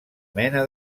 mena